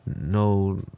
no